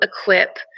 equip